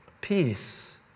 peace